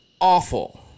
awful